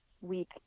week